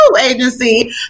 agency